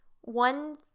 One